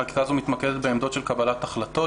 החקיקה הזו מתמקדת בעמדות של קבלת החלטות